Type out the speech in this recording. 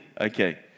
okay